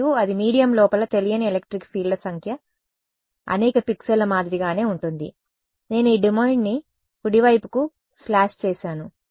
మరియు అది మీడియం లోపల తెలియని ఎలక్ట్రిక్ ఫీల్డ్ల సంఖ్య అనేక పిక్సెల్ల మాదిరిగానే ఉంటుంది నేను ఈ డొమైన్ను కుడివైపుకి స్లాష్ చేసాను